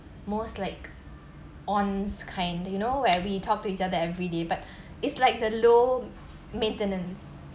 most like ons kind you know where we talk to each other every day but it's like the low maintenance